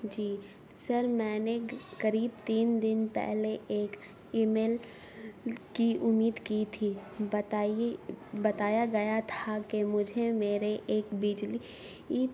جی sir میں نے کرریب تین دن پہلے ایک ای میل کی امید کی تھی بتائی بتایا گیا تھا کہ مجھے میرے ایک بجلی ای